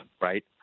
right